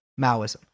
Maoism